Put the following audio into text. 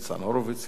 ניצן הורוביץ,